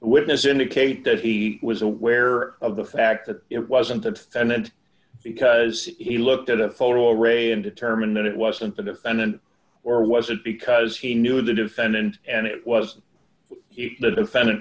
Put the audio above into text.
witness indicate that he was aware of the fact that it wasn't of and because he looked at a photo d array and determined that it wasn't the defendant or was it because he knew the defendant and it was the defendant